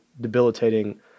debilitating